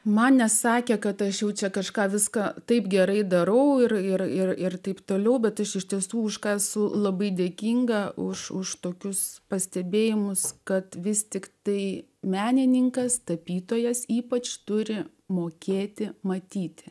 man nesakė kad aš jau čia kažką viską taip gerai darau ir ir ir ir taip toliau bet aš iš tiesų už ką esu labai dėkinga už tokius pastebėjimus kad vis tiktai menininkas tapytojas ypač turi mokėti matyti